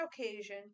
occasion